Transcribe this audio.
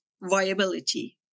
viability